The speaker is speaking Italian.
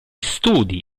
studi